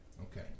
Okay